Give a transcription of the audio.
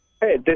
Hey